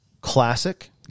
classic